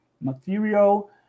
material